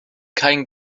kein